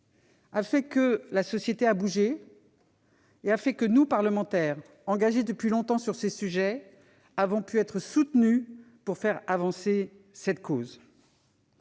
a fait que la société a bougé, et elle a fait que nous, parlementaires engagées depuis longtemps sur ces sujets, avons pu trouver du soutien pour faire avancer cette cause.